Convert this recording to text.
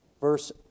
Verse